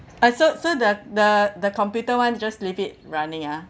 I so so the the the computer ones just leave it running ah